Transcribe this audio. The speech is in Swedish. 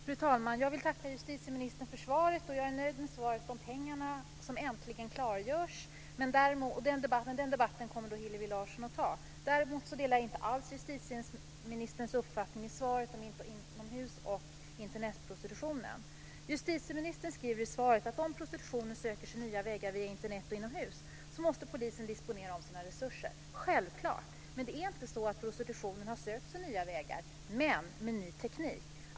Fru talman! Jag vill tacka justitieministern för svaret. Jag är nöjd med svaret när det gäller att hanteringen av pengarna äntligen klargörs. Men den debatten kommer Hillevi Larsson att ta. Däremot delar jag inte alls justitieministerns uppfattning i svaret om inomhus och Internetprostitutionen. Justitieministern skriver i svaret att om prostitutionen söker sig nya vägar via Internet och inomhus måste polisen disponera om sina resurser. Självklart. Men det är inte så att prostitutionen har sökt sig nya vägar. Man har ny teknik.